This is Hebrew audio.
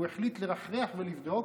והוא החליט לרחרח ולבדוק,